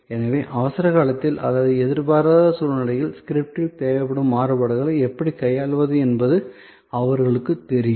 எனவே அவசரகாலத்தில் அல்லது எதிர்பாராத சூழ்நிலையில் ஸ்கிரிப்டில் தேவைப்படும் மாறுபாடுகளை எப்படி கையாள்வது என்பது அவர்களுக்குத் தெரியும்